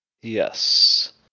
Yes